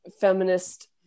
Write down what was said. feminist